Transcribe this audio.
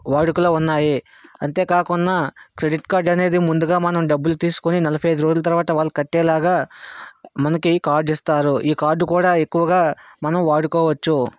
వాడుకలో ఉన్నాయి అంతేకాకుండా క్రెడిట్ కార్డ్ అనేది ముందుగా మనం డబ్బులు తీసుకోని నలఫై ఐదు రోజుల తర్వాత వాళ్ళు కట్టేలాగా మనకి కార్డు ఇస్తారు ఈ కార్డు కూడా ఎక్కువగా మనం వాడుకోవచ్చు